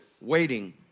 Waiting